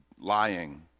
lying